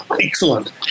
Excellent